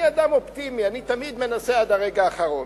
אני אדם אופטימי, אני תמיד מנסה עד הרגע האחרון.